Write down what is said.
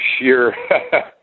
sheer